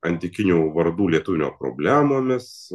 antikinių vardų lietuvinimo problemomis